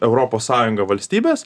europos sąjungą valstybės